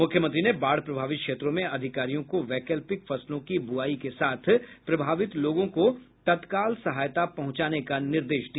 मुख्यमंत्री ने बाढ़ प्रभावित क्षेत्रों में अधिकारियों को वैकल्पिक फसलों की ब्रआई के साथ प्रभावित लोगों को तत्काल सहायता पहुंचाने का भी निर्देश दिया